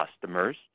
customers